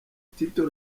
tito